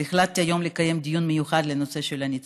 אבל החלטתי לקיים היום דיון מיוחד בנושא הניצולים.